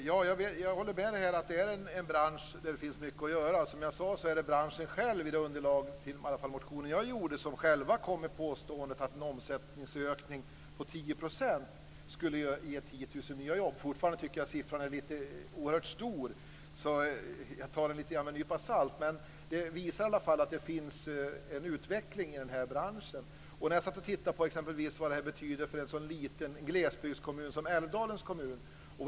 Fru talman! Jag håller med om att det är en bransch där det finns mycket att göra. Som jag sade är det branschen själv, i alla fall i det underlag till den motion jag skrev, som kom med påståendet att en omsättningsökning på 10 % skulle ge 10 000 nya jobb. Jag tycker fortfarande att siffran är oerhört stor. Jag tar den lite med en nypa salt. Men det visar i alla fall att det finns en utveckling i den här branschen. Jag satt och tittade vad Stiftelsen Idrefjäll betyder för en liten glesbygdskommun som Älvdalens kommun.